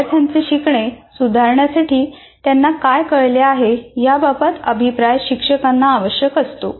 विद्यार्थ्यांचे शिकणे सुधारण्यासाठी त्यांना काय कळले आहे याबाबतचा अभिप्राय शिक्षकांना आवश्यक असतो